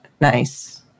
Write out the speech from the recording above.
Nice